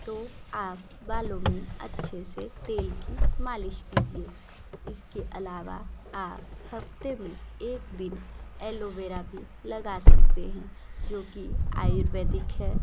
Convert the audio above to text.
तो आप बालों में अच्छे से तेल की मालिश कीजिए इसके अलावा आप हफ्ते में एक दिन एलोवेरा भी लगा सकते हैं जो कि आयुर्वेदिक है